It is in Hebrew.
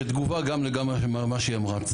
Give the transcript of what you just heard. כתגובה גם למה שהיא אמרה.